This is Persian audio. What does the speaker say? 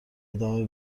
ادامه